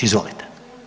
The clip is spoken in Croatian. Izvolite.